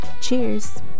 Cheers